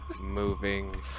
moving